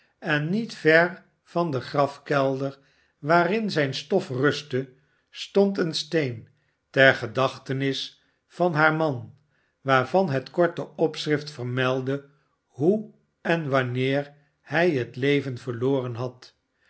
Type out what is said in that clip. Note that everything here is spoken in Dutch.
en niet ver van de grafkelder waarin zijn stof rustte stond een steen ter gedachtenis van haar man waarvan het korte opschrift vermeldde hoe en wanneer hij het leven verloren had